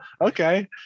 okay